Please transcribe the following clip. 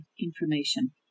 information